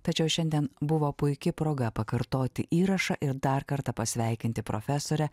tačiau šiandien buvo puiki proga pakartoti įrašą ir dar kartą pasveikinti profesorę